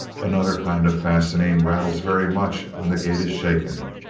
another kind of fastening rattles very much when the gate is shaken.